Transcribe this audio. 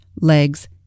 legs